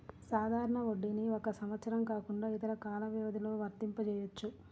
సాధారణ వడ్డీని ఒక సంవత్సరం కాకుండా ఇతర కాల వ్యవధిలో వర్తింపజెయ్యొచ్చు